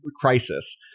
crisis